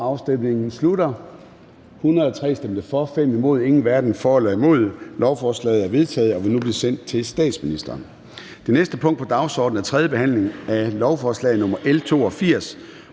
ALT og NB), imod stemte 4 (DF), hverken for eller imod stemte 0. Lovforslaget er vedtaget og vil nu blive sendt til statsministeren. --- Det næste punkt på dagsordenen er: 9) 3. behandling af lovforslag nr. L